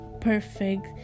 perfect